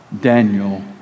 Daniel